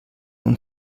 und